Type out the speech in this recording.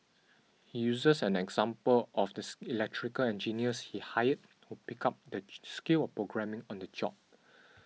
he uses an example of the electrical engineers he hired who picked up the skill of programming on the job